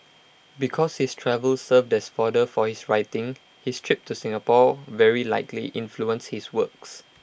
because his travels served as fodder for his writing his trip to Singapore very likely influenced his works